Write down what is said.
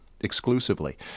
exclusively